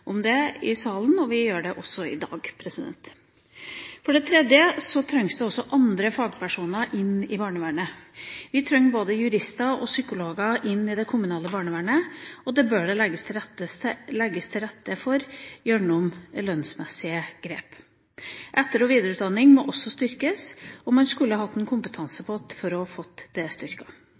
om det i salen, og vi gjør det også i dag. For det tredje trengs det også andre fagpersoner inn i barnevernet. Vi trenger både jurister og psykologer inn i det kommunale barnevernet, og det bør det legges til rette for gjennom lønnsmessige grep. Etter- og videreutdanninga må også styrkes, og man skulle hatt en kompetansepott for å få den styrket. For det